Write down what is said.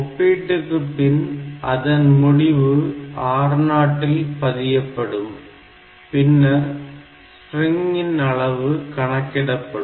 ஒப்பீட்டுக்கு பின் அதன் முடிவு R0 இல் பதியப்படும் பின்னர் ஸ்ட்ரிங்கின் அளவு கணிக்கப்படும்